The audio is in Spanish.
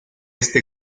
este